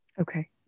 okay